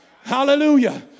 hallelujah